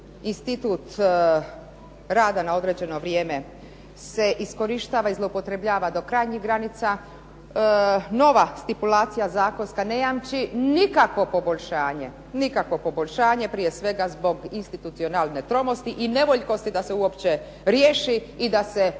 Institut rada na određeno vrijeme se iskorištava i zloupotrebljava do krajnjih granica, nova stipulacija zakonska ne jamči nikakvo poboljšanje, nikakvo poboljšanje, prije svega zbog institucionalne tromosti i nevoljkosti da se uopće riješi i da se obračuna